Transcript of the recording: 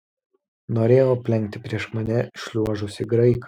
norėjau aplenkti prieš mane šliuožusį graiką